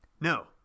No